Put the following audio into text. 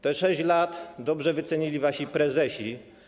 Te 6 lat dobrze wycenili wasi prezesi.